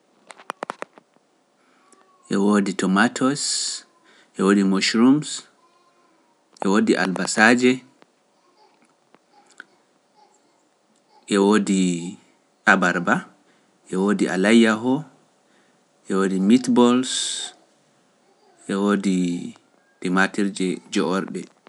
E woodi e gusi, e woodi liyo haako, e woodi liyo baskooje, e woodi liyo temater, e woodi e weedu, e woodi liyo kuɓokko, e woodi liyo kuɓeeje.